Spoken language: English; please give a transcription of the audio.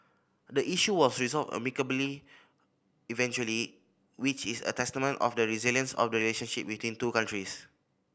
the issue was resolved amicably eventually which is a testament of the resilience of the relationship between two countries